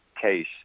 case